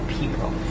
people